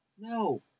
No